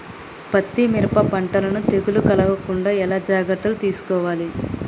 పత్తి మిరప పంటలను తెగులు కలగకుండా ఎలా జాగ్రత్తలు తీసుకోవాలి?